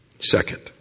Second